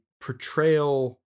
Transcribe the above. portrayal